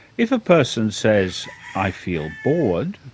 if a person says i feel bored,